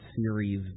series